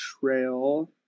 trail